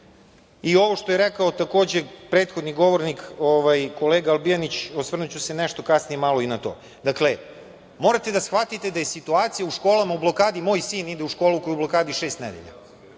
i ovo što je rekao takođe prethodni govornik, kolega Albijanić, osvrnuću se nešto kasnije malo i na to, dakle, morate da shvatite da je situacija u školama u blokadi, moj sin ide u školu koja je u blokadi šest nedelja,